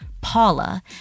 Paula